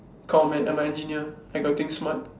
come on man I'm an engineer I got think smart